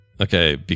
okay